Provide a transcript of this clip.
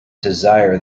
desire